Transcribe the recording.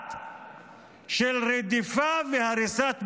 פושעת של רדיפה והריסת בתים.